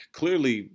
clearly